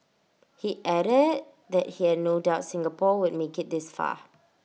he added that he had no doubt Singapore would make IT this far